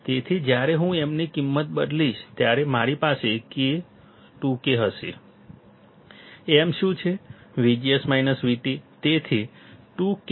તેથી જ્યારે હું m ની કિંમત બદલીશ ત્યારે મારી પાસે 2K હશે m શું છે